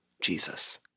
Jesus